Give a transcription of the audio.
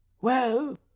Well